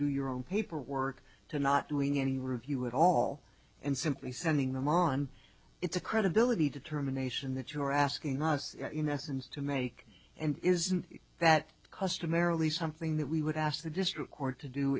do your own paperwork to not doing any review at all and simply sending them on it's a credibility determination that you're asking us you know essence to make and isn't that customarily something that we would ask the district court to do